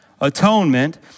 Atonement